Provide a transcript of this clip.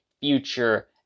future